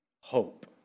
Hope